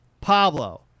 Pablo